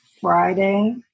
Friday